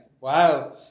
Wow